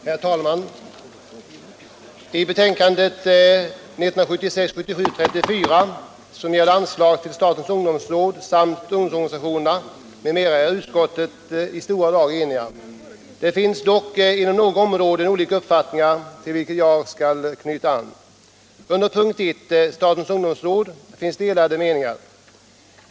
Herr talman! I betänkandet 1976/77:34, som gäller anslag till statens ungdomsråd samt ungdomsorganisationerna m.m., är utskottet i stora drag enigt. Det råder dock inom några områden olika uppfattningar, till vilket jag skall knyta an. ö Under punkten 1, statens ungdomsråd, finns delade meningar.